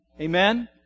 Amen